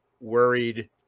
worried